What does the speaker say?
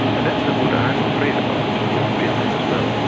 and that's what i'm afraid about here in finland, as well.